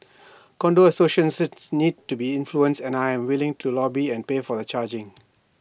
condo associations need to be influenced and I am willing to lobby and pay for the charging